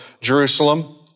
Jerusalem